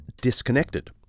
disconnected